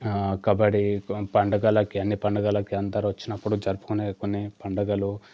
కబడ్డీ పండగలకి అన్ని పండగలకి అందరు వచ్చినపుడు జరుపుకునే కొన్ని పండగలు